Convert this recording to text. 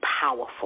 powerful